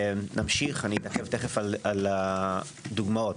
אתעכב תכף על הדוגמאות.